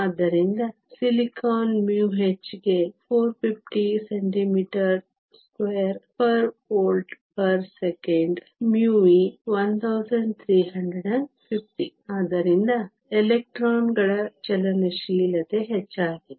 ಆದ್ದರಿಂದ silicon μh ಗೆ 450 cm2 V 1 s 1 μe 1350 ಆದ್ದರಿಂದ ಎಲೆಕ್ಟ್ರಾನ್ಗಳ ಚಲನಶೀಲತೆ ಹೆಚ್ಚಾಗಿದೆ